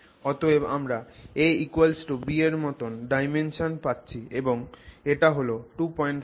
অতএব আমরা ab এর মতন ডাইমেনশন পাচ্ছি এবং এটা হল 246 angstroms